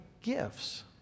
gifts